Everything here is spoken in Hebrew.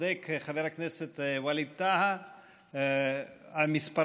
צודק חבר הכנסת ווליד טאהא המספרים